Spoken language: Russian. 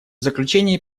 заключение